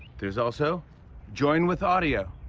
there's also join with audio.